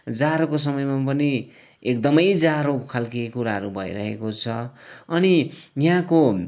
जाडोको समयमा पनि एकदमै जाडो खालको कुराहरू भइरहेको छ अनि यहाँको